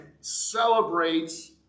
celebrates